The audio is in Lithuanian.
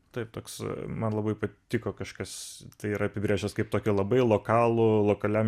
taip toks man labai patiko kažkas tai yra apibrėžęs kaip tokį labai lokalų lokaliam